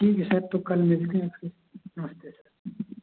ठीक है सर तो कल मिलते हैं फिर नमस्ते सर